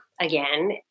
again